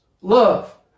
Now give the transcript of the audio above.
love